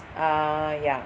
err yeah